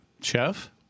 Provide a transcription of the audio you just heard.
Chef